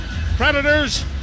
Predators